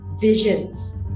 visions